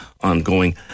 ongoing